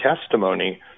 testimony